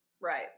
Right